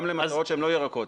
גם למטרות שהן לא ירקות.